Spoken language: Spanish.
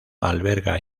alberga